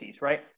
right